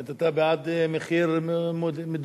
זאת אומרת, אתה בעד מחיר מדורג.